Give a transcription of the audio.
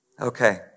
Okay